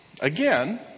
again